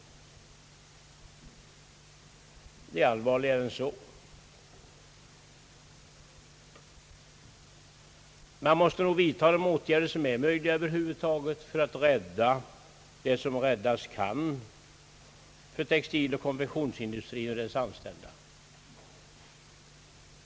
Men situationen är allvarligare än så! Man måste vidta de åtgärder som över huvud taget är möjliga för att rädda vad som räddas kan för textilindustrin och konfektionsindustrin och de anställda där.